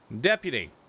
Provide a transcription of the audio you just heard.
Deputy